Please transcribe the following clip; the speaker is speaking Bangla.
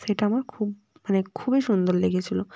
সেটা আমার খুব মানে খবুই সুন্দর লেগেছিলো